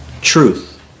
truth